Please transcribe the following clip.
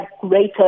greater